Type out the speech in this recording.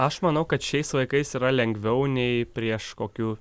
aš manau kad šiais laikais yra lengviau nei prieš kokių